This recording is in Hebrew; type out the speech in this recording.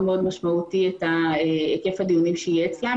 משמעותי את היקף הדיונים שיהיה אצלם.